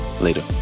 Later